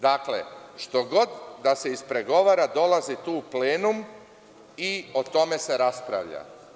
Dakle, što god da se ispregovara, dolazi tu plenum i o tome se raspravlja.